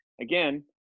again